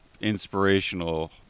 inspirational